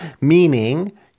meaning